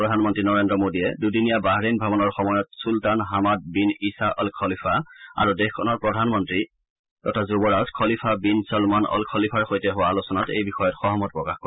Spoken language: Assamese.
প্ৰধান মন্ত্ৰী নৰেদ্ৰ মোডীয়ে দুদিনীয়া বাহৰেইন ভ্ৰমণৰ সময়ত Sultan Hamad bin Isa Al Khalifa আৰু দেশখনৰ প্ৰধান মন্ত্ৰী খলিফা বিন চলমান অল খলিফাৰ সৈতে হোৱা আলোচনাত এই বিষয়ত সহমত প্ৰকাশ কৰে